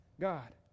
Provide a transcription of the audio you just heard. God